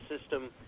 system